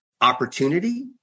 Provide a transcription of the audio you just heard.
opportunity